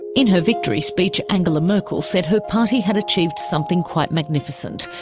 in her victory speech, angela merkel said her party had achieved something quite magnificent.